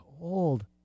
old